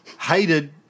hated